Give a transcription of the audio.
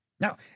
Now